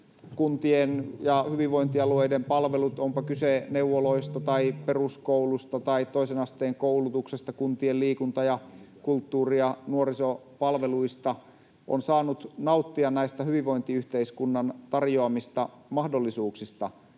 kuntien ja hyvinvointialueiden palvelut — onpa kyse neuvoloista tai peruskoulusta tai toisen asteen koulutuksesta, kuntien liikunta-, kulttuuri- ja nuorisopalveluista — ja on saanut nauttia näistä hyvinvointiyhteiskunnan tarjoamista mahdollisuuksista,